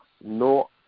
no